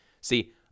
See